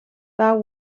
that